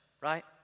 right